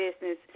business